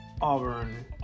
Auburn